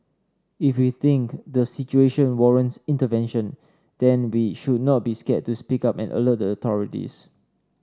if we think the situation warrants intervention then we should not be scared to speak up and alert the authorities